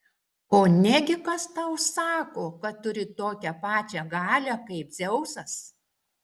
o negi kas tau sako kad turi tokią pačią galią kaip dzeusas